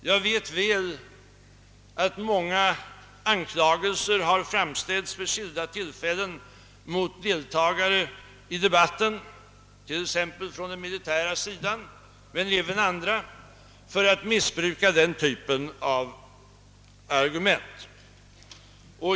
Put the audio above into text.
Jag är väl medveten om att många anklagelser framställts vid skilda tillfällen mot deltagare i debatten, t.ex. representanter för den militära sidan men även mot andra, för missbruk av den typen av resonemang.